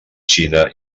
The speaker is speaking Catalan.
xina